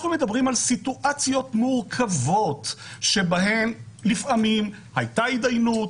אנחנו מדברים על סיטואציות מורכבות שבהן לפעמים הייתה התדיינות,